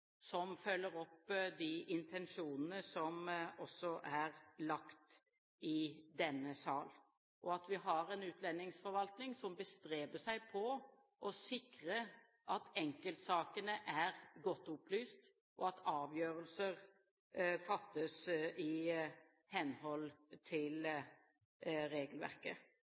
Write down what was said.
som følger opp de intensjonene som også er lagt i denne sal, og at vi har en utlendingsforvaltning som bestreber seg på å sikre at enkeltsakene er godt opplyst, og at avgjørelser fattes i henhold til regelverket.